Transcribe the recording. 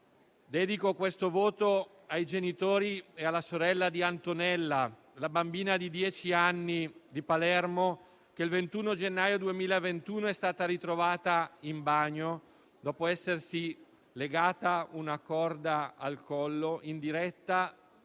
Dedico questo voto ai genitori e alla sorella di Antonella, la bambina di dieci anni di Palermo, che il 21 gennaio 2021 è stata ritrovata in bagno, dopo essersi legata una corda al collo in diretta